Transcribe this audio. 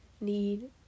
need